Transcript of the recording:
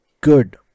Good